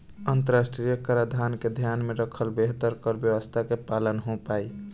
अंतरराष्ट्रीय कराधान के ध्यान में रखकर बेहतर कर व्यावस्था के पालन हो पाईल